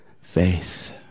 faith